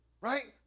right